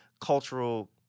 cultural